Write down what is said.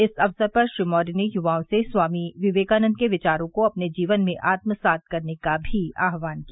इस अक्सर श्री मौर्य ने युवाओं से स्वामी विवेकानंद के विचारों को अपने जीवन में आत्मसात करने का भी आह्वान किया